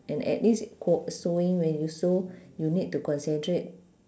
and at least co~ sewing when you sew you need to concentrate